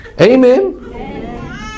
Amen